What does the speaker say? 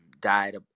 died